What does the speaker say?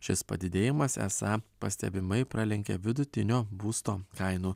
šis padidėjimas esą pastebimai pralenkė vidutinio būsto kainų